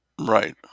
Right